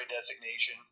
designation